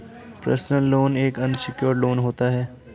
personal loan एक unsecured loan होता है